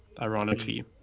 ironically